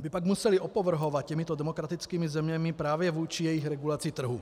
by pak museli opovrhovat těmito demokratickými zeměmi právě vůči jejich regulaci trhu.